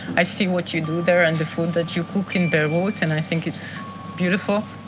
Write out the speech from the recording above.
i see what you do there and the food that you cook in beirut and i think it's beautiful.